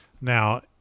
Now